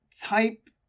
type